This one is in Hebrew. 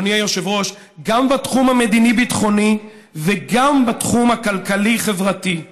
בתחום המדיני-ביטחוני וגם בתחום הכלכלי-חברתי,